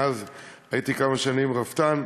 מאז הייתי כמה שנים רפתן,